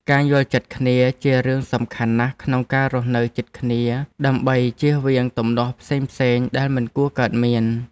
ការយល់ចិត្តគ្នាជារឿងសំខាន់ណាស់ក្នុងការរស់នៅជិតគ្នាដើម្បីជៀសវាងទំនាស់ផ្សេងៗដែលមិនគួរកើតមាន។